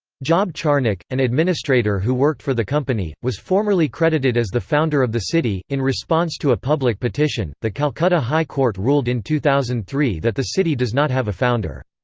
job charnock, an administrator who worked for the company, was formerly credited as the founder of the city in response to a public petition, the calcutta high court ruled in two thousand and three that the city does not have a founder.